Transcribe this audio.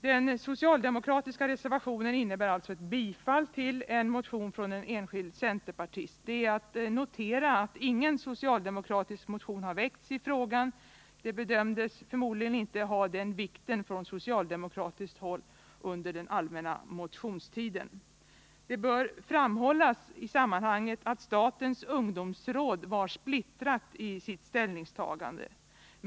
Den socialdemokratiska reservationen innebär alltså ett bifall till en motion som väckts av en enskild centerpartist. Det är att notera att ingen socialdemokratisk motion har väckts i frågan — under den allmänna motionstiden gjorde man från socialdemokratiskt håll förmodligen den bedömningen att frågan inte var av sådan vikt. I detta sammanhang bör det framhållas att statens ungdomsråd var splittrat i sitt ställningstagande.